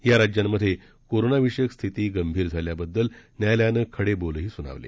या राज्यांमधे कोरोनाविषयक स्थिती गंभीर झाल्याबद्दल न्यायालयानं खडे बोलही सुनावले